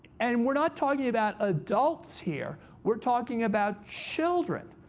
and we're not talking about adults here. we're talking about children,